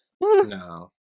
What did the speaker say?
No